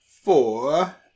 four